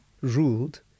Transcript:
ruled